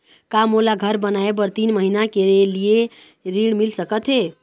का मोला घर बनाए बर तीन महीना के लिए ऋण मिल सकत हे?